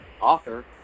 author